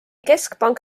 keskpank